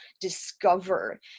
discover